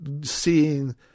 seeing